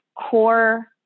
core